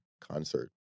concert